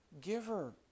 giver